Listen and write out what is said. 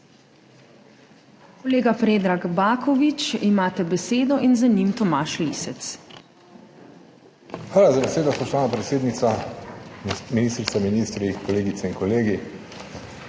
Hvala za besedo, spoštovana predsednica. Ministrica, ministri, kolegice in kolegi!